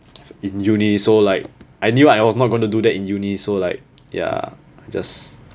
in uni so like I knew I was not going to do that in uni so like ya just